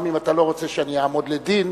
גם אם אתה לא רוצה שאני אעמוד לדין,